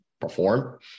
perform